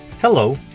Hello